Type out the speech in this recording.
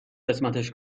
قسمتش